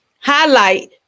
highlight